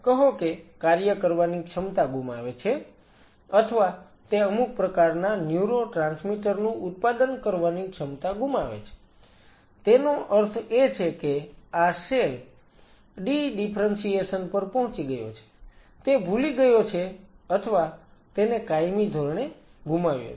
કહો કે કાર્ય કરવાની ક્ષમતા ગુમાવે છે અથવા તે અમુક પ્રકારના ન્યુરોટ્રાન્સમીટર નું ઉત્પાદન કરવાની ક્ષમતા ગુમાવે છે તેનો અર્થ એ છે કે આ સેલ ડી ડિફરન્સિએશન પર પહોંચી ગયો છે તે ભૂલી ગયો છે અથવા તેને કાયમી ધોરણે ગુમાવ્યો છે